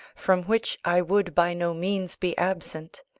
from which i would by no means be absent.